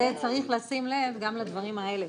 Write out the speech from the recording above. צריך לשים לב גם לדברים האלה,